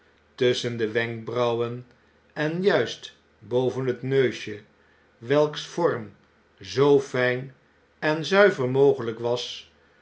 tusschen de wenkbrauwen en juist boven het neusje welks vorm zoo fijnen zuiver mogelyk was